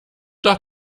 doch